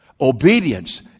Obedience